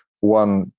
one